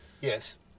Yes